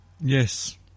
Yes